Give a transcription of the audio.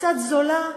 קצת זולה,